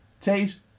taste